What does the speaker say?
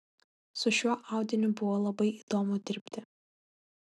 su šiuo audiniu buvo labai įdomu dirbti